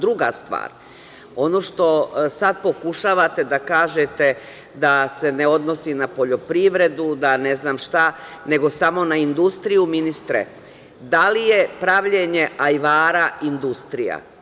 Druga stvar, ono što sad pokušavate da kažete da se ne odnosi na poljoprivredu, da ne znam šta, nego samo na industriju, ministre, da li je pravljenje ajvara industrija?